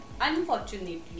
unfortunately